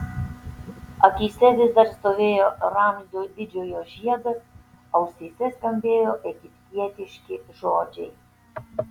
akyse vis dar stovėjo ramzio didžiojo žiedas ausyse skambėjo egiptietiški žodžiai